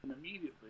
immediately